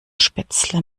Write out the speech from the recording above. spätzle